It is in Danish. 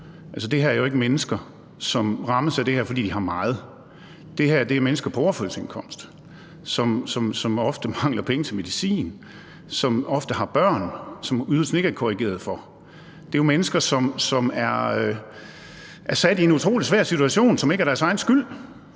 Det er jo ikke mennesker, som rammes af det her, fordi de har meget. Det er mennesker på overførselsindkomst, som ofte mangler penge til medicin, og som ofte har børn, som ydelsen ikke er korrigeret for. Det er jo mennesker, som er sat i en utrolig svær situation, som ikke er deres egen skyld.